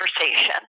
conversation